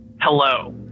hello